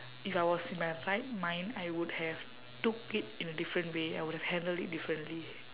if I was in my right mind I would have took it in a different way I would have handled it differently